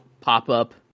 pop-up